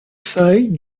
feuilles